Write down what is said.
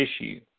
issue